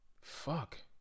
fuck